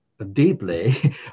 deeply